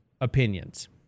opinions